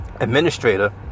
administrator